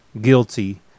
guilty